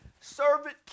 servant